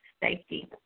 safety